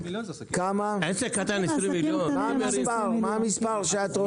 מה המספר שאת רוצה?